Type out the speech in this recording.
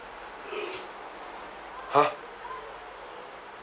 !huh!